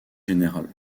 général